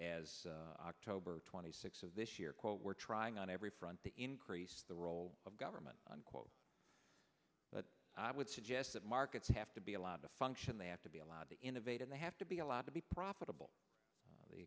recently as october twenty six of this year quote we're trying on every front the increase the role of government unquote but i would suggest that markets have to be allowed to function they have to be allowed to innovate and they have to be allowed to be profitable the